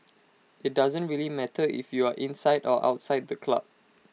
IT doesn't really matter if you are inside or outside the club